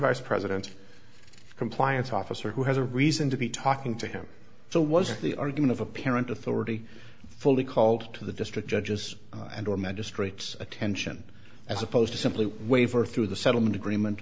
vice president of compliance officer who has a reason to be talking to him so wasn't the argument of apparent authority fully called to the district judges and or magistrates attention as opposed to simply waiver through the settlement agreement